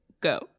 go